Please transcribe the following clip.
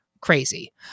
crazy